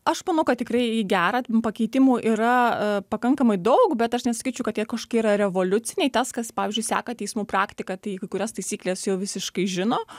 aš manau kad tikrai į gerą pakeitimų yra pakankamai daug bet aš nesakyčiau kad jie kažkokie yra revoliuciniai tas kas pavyzdžiui seka teismų praktiką tai kai kurias taisykles jau visiškai žino